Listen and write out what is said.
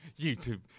YouTube